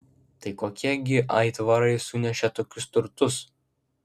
tai kokie gi aitvarai sunešė tokius turtus